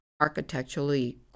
architecturally